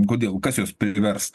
kodėl kas juos privers